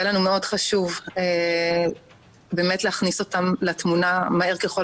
היה לנו מאוד חשוב באמת להכניס אותם לתמונה מהר ככל